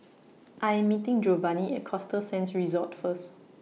I Am meeting Jovanny At Costa Sands Resort First